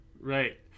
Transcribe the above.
Right